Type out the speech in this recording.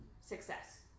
success